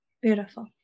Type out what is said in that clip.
Beautiful